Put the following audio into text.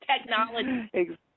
technology